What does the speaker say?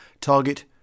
Target